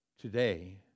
today